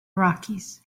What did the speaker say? rockies